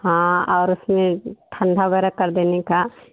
हाँ और उसमें ठंडा वगैरह कर देने का